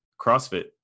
CrossFit